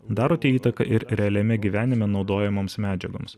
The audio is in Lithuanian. darote įtaką ir realiame gyvenime naudojamoms medžiagoms